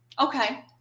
Okay